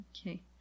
Okay